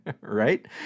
Right